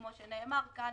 כמו שנאמר כאן,